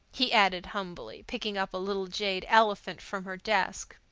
he added humbly, picking up a little jade elephant from her desk.